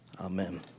Amen